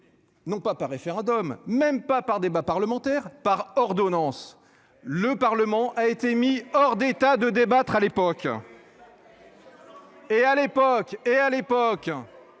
Non pas par référendum, même pas par débat parlementaires par ordonnance. Le Parlement a été mis hors d'état de débattre à l'époque. Et à l'époque et à l'époque